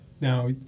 now